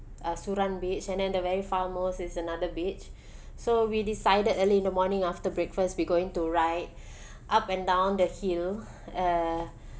uh surin beach and then the very far most is another beach so we decided early in the morning after breakfast we going to ride up and down the hill uh